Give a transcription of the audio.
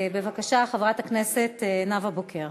בבקשה, חברת הכנסת נאוה בוקר.